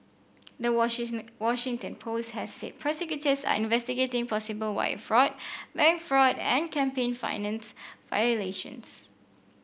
the Washington Post has said prosecutors are investigating possible wire fraud bank fraud and campaign finance violations